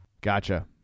Gotcha